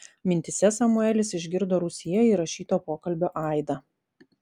mintyse samuelis išgirdo rūsyje įrašyto pokalbio aidą